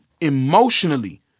emotionally